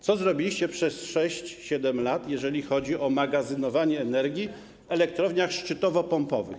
Co zrobiliście przez 6, 7 lat, jeżeli chodzi o magazynowanie energii w elektrowniach szczytowo-pompowych?